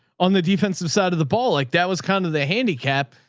on the defensive side of the ball. like that was kind of the handicap.